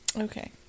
Okay